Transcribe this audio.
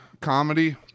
comedy